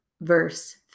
verse